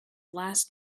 last